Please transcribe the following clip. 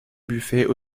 buffet